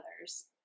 others